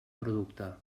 producte